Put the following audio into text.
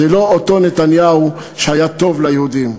זה לא אותו נתניהו שהיה טוב ליהודים.